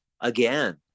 Again